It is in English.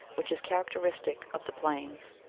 which is characteristic of the plains.